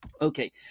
Okay